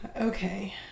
Okay